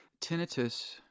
Tinnitus